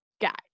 guy